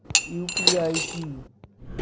UPI কি?